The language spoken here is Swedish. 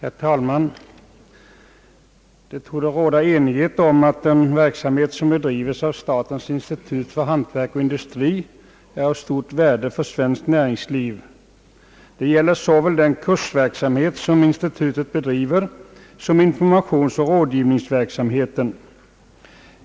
Herr talman! Det torde råda enighet om att den verksamhet som bedrives av statens institut för hantverk och industri är av stort värde för svenskt näringsliv. Det gäller såväl den kursverksamhet som institutet har som informa tionsoch rådgivningsverksamheten.